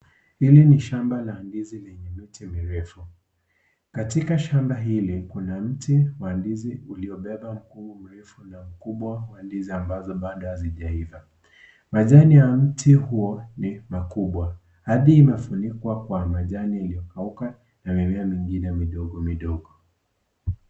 Hili ni shamba la ndizi lenye miti mirefu. Katika shamba hili, kuna mti wa ndizi uliobeba mkungu mrefu na mkubwa wa ndizi ambazo bado hazijaiva. Majani ya mti huo ni makubwa Hadi imefunikwa kwa majani iliyokauka na mimea mengine midogo midogo.